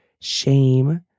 shame